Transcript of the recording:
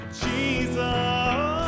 Jesus